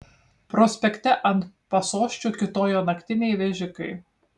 prospekte ant pasosčių kiūtojo naktiniai vežikai